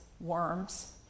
worms